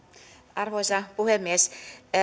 arvoisa puhemies